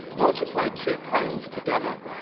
multiply two primes together,